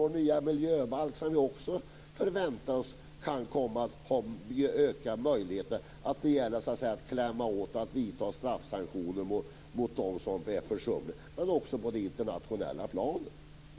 Vi förväntar oss att vår nya miljöbalk kan ge ökade möjligheter att klämma åt och vidta straffsanktioner mot dem som är försumliga. Men vi måste också jobba på det internationella planet.